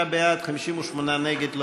56 בעד, 58 נגד.